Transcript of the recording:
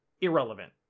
irrelevant